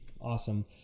awesome